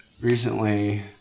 recently